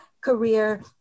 career